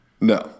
No